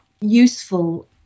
useful